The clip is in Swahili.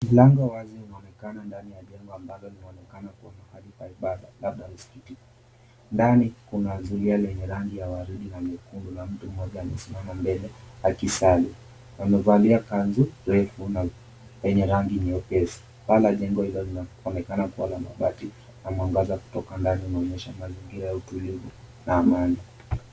Mlango wazi linaonekana ndani ya jengo ambalo linaonekana kwa mahali barabara labda msikiti. Ndani kuna zulia lenye rangi ya waridi na nyekundu na mtu mmoja amesimama mbele akisali. Amevalia kanzu refu yenye rangi nyepesi. Lango la jengo hilo linaonekana kuwa ya mabati na mwangaza kutoka ndani linaonyesha mazingira ya utulivu.